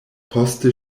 poste